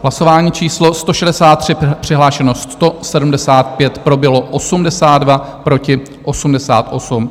Hlasování číslo 163, přihlášeno 175, pro bylo 82, proti 88.